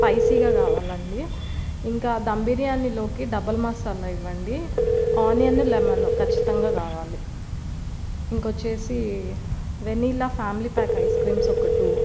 స్పైసిగా కావాలండి ఇంకా దమ్ బిర్యానీలోకి డబల్ మసాలా ఇవ్వండి ఆనియన్ లెమన్ ఖచ్చితంగా కావాలి ఇంకొచ్చేసి vanilla family pack ice creams ఒక టూ